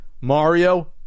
Mario